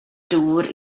dŵr